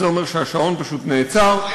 זה אומר שהשעון פשוט נעצר.